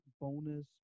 Bonus